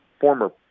former